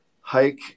hike